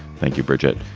thank you, bridget.